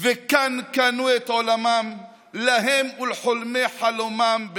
וכאן קנו את עולמם / להם ולחולמי חלומם.